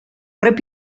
rep